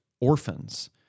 orphans